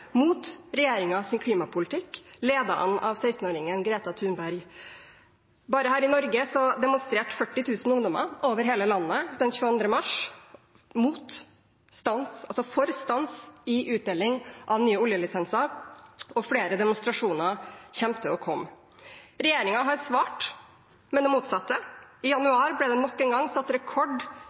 klimapolitikk – ledet an av 16-åringen Greta Thunberg. Bare her i Norge demonstrerte 40 000 ungdommer over hele landet den 22. mars for stans i utdeling av nye oljelisenser, og flere demonstrasjoner kommer til å komme. Regjeringen har svart med det motsatte. I januar ble det nok en gang satt rekord